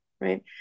right